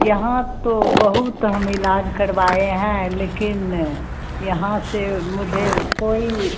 यहाँ तो बहुत हम इलाज करवाए हैं लेकिन यहाँ से मुझे कोई